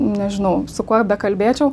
nežinau su kuo bekalbėčiau